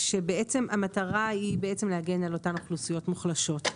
בעצם המטרה היא להגן על אותן אוכלוסיות מוחלשות,